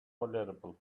tolerable